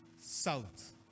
south